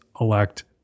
Elect